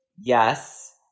Yes